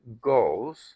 goals